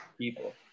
people